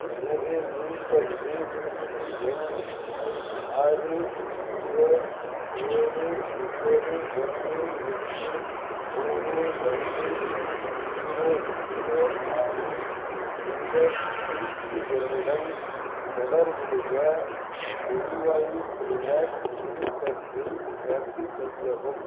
எனது முன்பதிவு குறிப்பு எண் ஆறு ஜீரோ ஏழு ஒன்போது ஒன்று எட்டு மூணு ரெண்டு ஜீரோ ஜீரோ ஆறு இந்த குறிப்பு எண்ணுடன் தொடர்புடைய எரிவாயு சிலிண்டர் முன்பதிவை ரத்து செய்யவும்